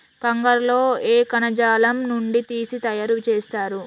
కంగారు లో ఏ కణజాలం నుండి తీసి తయారు చేస్తారు?